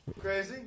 Crazy